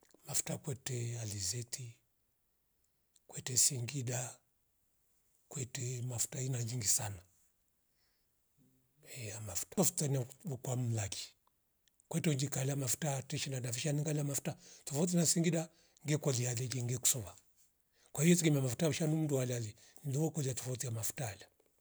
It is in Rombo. Mafuta kwete yalizeti, kwete singida, kwete mafuta ya aina nyingi mmh he hamafuta kwafuta nwea kwa mlaki kwete unji kala mafuta atoshi nadavisha nengala mafuta atafouti na singida nge kolia ajeje ngekusova kwaio sigemia mafuta weshandu mndu walali mndovo kulia tafauti ya mafutale